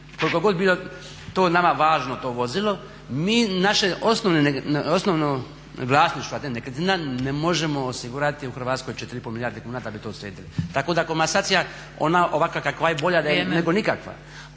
koliko god bilo to nama važno to vozilo, mi naše osnovne nekretnine, vlasništvo a ne nekretnine, ne možemo osigurati u Hrvatskoj, 4,5 milijarde kuna da bi to sredili. Tako da komasacija ona ovakva kakva je bolje da je nego nikakva,